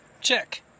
Check